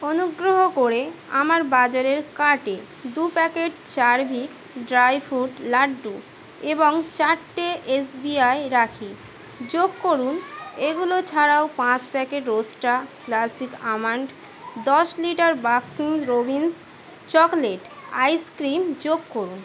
অনুগ্রহ করে আমার বাজারের কার্টে দু packet Charvik dry fruit laddu এবং চারটে এসবিআই রাখি যোগ করুন এগুলো ছাড়াও পাঁচ প্যাকেট রোস্টা ক্লাসিক আমণ্ড দশ litre Baskin Robbins chocolate ice cream যোগ করুন